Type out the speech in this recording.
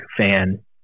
fan